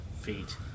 feet